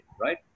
right